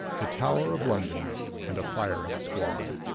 the tower of london and a firing squad!